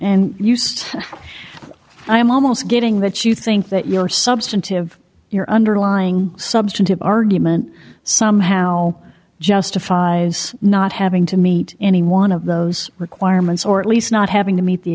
am almost getting that you think that your substantive your underlying substantive argument somehow justifies not having to meet any one of those requirements or at least not having to meet the